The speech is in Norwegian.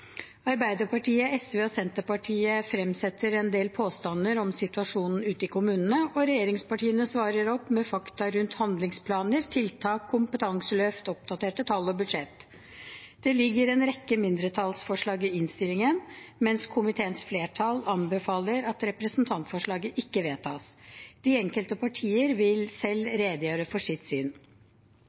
Arbeiderpartiet, SV og Senterpartiet fremsetter en del påstander om situasjonen ute i kommunene, og regjeringspartiene svarer med fakta rundt handlingsplaner, tiltak, kompetanseløft, oppdaterte tall og budsjett. Det ligger en rekke mindretallsforslag i innstillingen, mens komiteens flertall anbefaler at representantforslagene ikke vedtas. De enkelte partier vil selv redegjøre for sine syn.